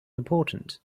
important